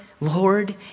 Lord